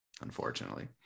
Unfortunately